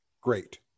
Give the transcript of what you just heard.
Great